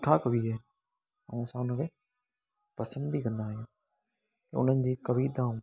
सुठा कवि इहे ऐं असां उनखे पसंदि बि कंदा आहियूं उन्हनि जी कविताऊं